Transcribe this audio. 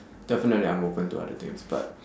definitely I'm open to other things but